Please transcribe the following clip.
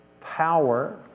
power